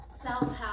self-help